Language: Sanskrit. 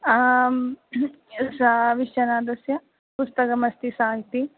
आं सा विश्वनाथस्य पुस्तकमस्ति साहित्यम्